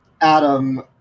Adam